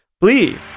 please